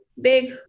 big